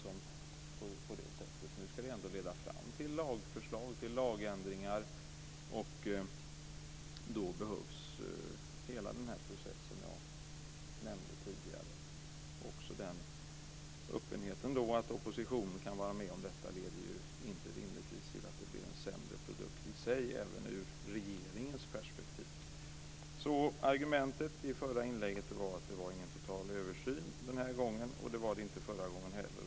Nu ska det ändå leda fram till lagförslag och lagändringar. Då behövs hela den process som jag nämnde tidigare. Också öppenheten att oppositionen kan vara med om detta leder rimligtvis inte till att det blir en sämre produkt i sig även ur regeringens perspektiv. Argumentet i förra inlägget var att det inte var någon total översyn den här gången. Det var det inte förra gånger heller.